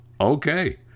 Okay